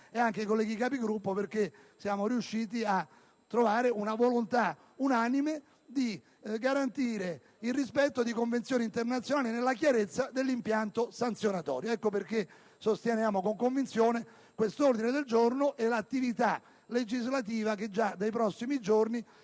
e anche i colleghi Capigruppo perché siamo riusciti a trovare una volontà unanime di garantire il rispetto di convenzioni internazionali nella chiarezza dell'impianto sanzionatorio. Per questo motivo sosteniamo con convinzione l'ordine del giorno G3.100 e l'attività legislativa che già dai prossimi giorni,